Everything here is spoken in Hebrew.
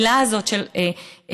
העילה הזאת של היעדר,